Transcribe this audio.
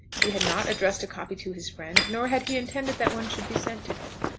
he had not addressed a copy to his friend, nor had he intended that one should be sent to him.